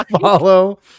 follow